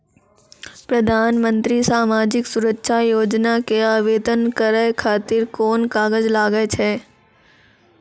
प्रधानमंत्री समाजिक सुरक्षा योजना के आवेदन करै खातिर कोन कागज लागै छै?